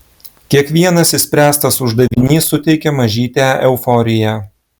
kiekvienas išspręstas uždavinys suteikia mažytę euforiją